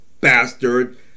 bastard